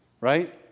right